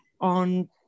on